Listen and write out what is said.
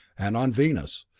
and on venus,